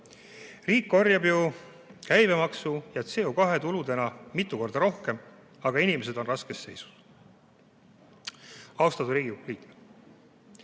Riik korjab ju käibemaksu ja CO2tuludena mitu korda rohkem, aga inimesed on raskes seisus. Austatud Riigikogu